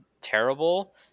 terrible